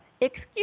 excuse